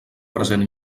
present